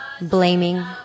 blaming